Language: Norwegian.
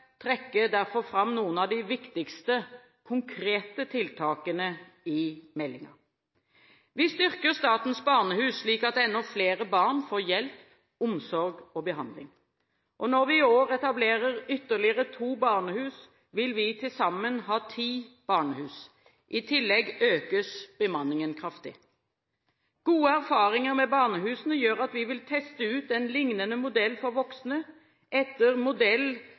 derfor trekke fram noen av de viktigste konkrete tiltakene i meldingen. Vi styrker Statens Barnehus slik at enda flere barn får hjelp, omsorg og behandling. Når vi i år etablerer ytterligere to barnehus, vil vi til sammen ha ti barnehus. I tillegg økes bemanningen kraftig. Gode erfaringer med barnehusene gjør at vi vil teste ut en lignende modell for voksne etter modell